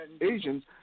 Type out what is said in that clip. Asians